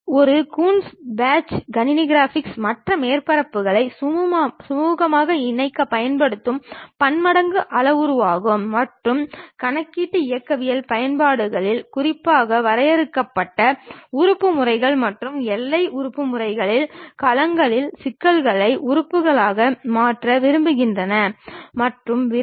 ஒரு Coons patch கணினி graphics மற்ற மேற்பரப்புகளை சுமுகமாக இணைக்கப் பயன்படும் பன்மடங்கு அளவுருவாகும் மற்றும் கணக்கீட்டு இயக்கவியல் பயன்பாடுகளில் குறிப்பாக வரையறுக்கப்பட்ட உறுப்பு முறைகள் மற்றும் எல்லை உறுப்பு முறைகளில் களங்களின் சிக்கல்களை உறுப்புகளாக மாற்ற விரும்புகிறீர்கள் மற்றும் விரைவில்